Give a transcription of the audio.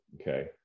Okay